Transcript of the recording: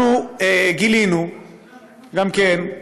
אנחנו גילינו גם כן,